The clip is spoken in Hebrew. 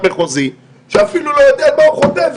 מחוזי שאפילו לא יודע על מה הוא חותם.